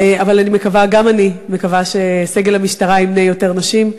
אבל גם אני מקווה שסגל המשטרה ימנה יותר נשים.